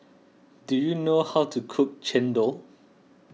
do you know how to cook Chendol